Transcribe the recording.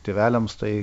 tėveliams tai